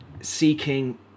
seeking